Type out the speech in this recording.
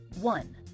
One